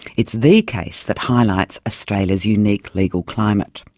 it's the case that highlights australia's unique legal climate.